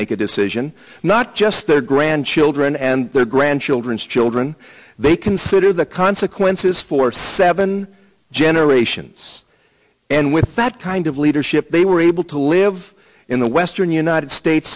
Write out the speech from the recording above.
make a decision not just their grandchildren and their grandchildren's children they consider the consequences for seven generations and with that kind of leadership they were able to live in the western united states